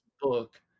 book